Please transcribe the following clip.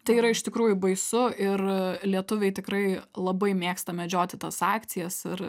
tai yra iš tikrųjų baisu ir lietuviai tikrai labai mėgsta medžioti tas akcijas ir